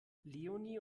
leonie